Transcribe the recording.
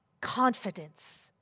confidence